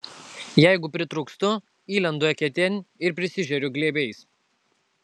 jeigu pritrūkstu įlendu eketėn ir prisižeriu glėbiais